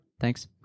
Thanks